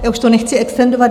Já už to nechci extendovat.